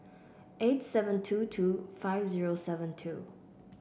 eight seven two two five zero seven two